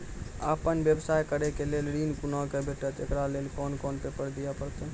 आपन व्यवसाय करै के लेल ऋण कुना के भेंटते एकरा लेल कौन कौन पेपर दिए परतै?